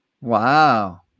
Wow